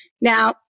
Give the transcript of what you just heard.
Now